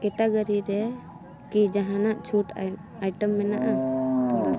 category ᱨᱮ ᱠᱤ ᱡᱟᱦᱟᱱᱟᱜ ᱪᱷᱩᱴ ᱟᱭᱴᱮᱢ ᱢᱱᱟᱜᱼᱟ